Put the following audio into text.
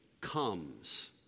comes